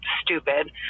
stupid